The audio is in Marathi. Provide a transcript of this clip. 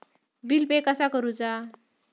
बिल पे कसा करुचा?